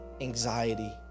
anxiety